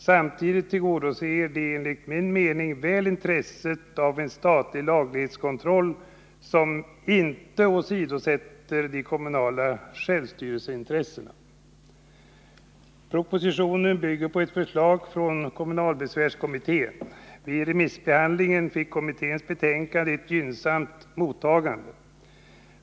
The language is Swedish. Samtidigt tillgodoser vi enligt min mening väl intresset av en statlig laglighetskontroll, som inte åsidosätter de kommunala självstyrelseintressena. Propositionen bygger på ett förslag från kommunalbesvärskommittén. Vid remissbehandlingen fick kommitténs betänkande ett gynnsamt mottagande.